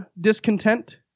discontent